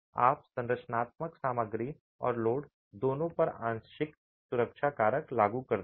आप संरचनात्मक सामग्री और लोड दोनों पर आंशिक सुरक्षा कारक लागू करते हैं